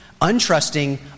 untrusting